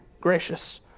gracious